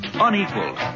Unequal